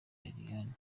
liliane